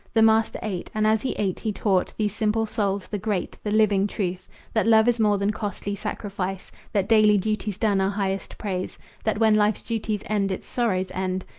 the master ate, and as he ate he taught these simple souls the great, the living truth that love is more than costly sacrifice that daily duties done are highest praise that when life's duties end its sorrows end,